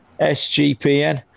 SGPN